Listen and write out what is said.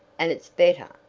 and it's better,